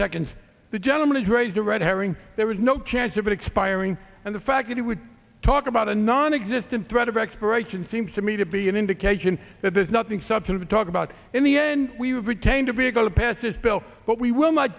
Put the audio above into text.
seconds the gentleman has raised a red herring there was no chance of expiring and the fact that he would talk about a nonexistent threat of expiration seems to me to be an indication that there's nothing substantive talk about in the end we would retain to be able to pass this bill but we will not